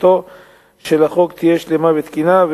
חקיקתו של החוק תהיה שלמה ותקינה.